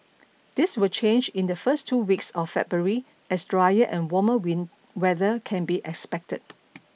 this will change in the first two weeks of February as drier and warmer win weather can be expected